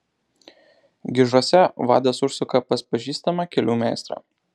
gižuose vadas užsuka pas pažįstamą kelių meistrą